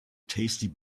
tasty